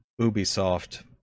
Ubisoft